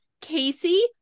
casey